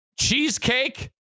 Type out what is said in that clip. Cheesecake